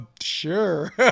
sure